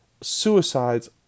suicides